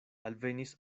alvenis